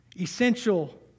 Essential